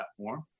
platform